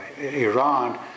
Iran